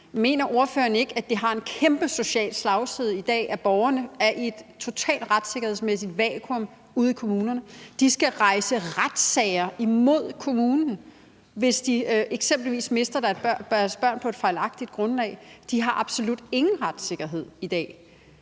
Mener ordføreren ikke, at det har en kæmpe social slagside i dag, at borgerne er i et totalt retssikkerhedsmæssigt vakuum ude i kommunerne? De skal rejse retssager imod kommunen, hvis de eksempelvis mister deres børn på et fejlagtigt grundlag. De har absolut ingen retssikkerhed i dag.